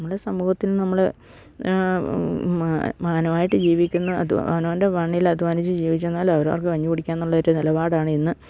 നമ്മുടെ സമൂഹത്തിൽ നമ്മള് മാന്യമായിട്ട് ജീവിക്കുന്ന അവനൊൻ്റെ മണ്ണിൽ അധ്യാനിച്ച് ജീവിച്ചെന്നാൽ അവരോർക്ക് കഞ്ഞി കുടിക്കാമെന്നുള്ളൊരു നിലപാടാണ് ഇന്ന്